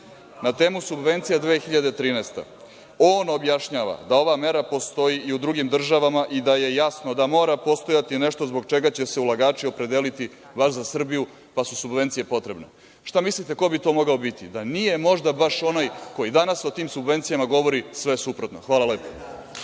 Na temu subvencija 2013. godina on objašnjava da ova mera postoji i u drugim državama i da je jasno da mora postojati nešto zbog čega će se ulagači opredeliti baš za Srbiju, pa su subvencije potrebne. Šta mislite ko bi to mogao biti? Da nije možda baš onaj koji danas o tim subvencijama govori sve suprotno. Hvala lepo.